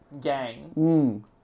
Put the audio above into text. gang